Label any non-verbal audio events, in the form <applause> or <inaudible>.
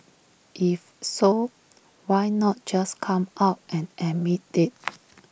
if so why not just come out and admit IT <noise>